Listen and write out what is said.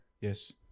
Yes